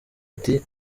ati